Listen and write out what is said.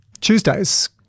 Tuesdays